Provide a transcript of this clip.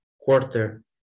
quarter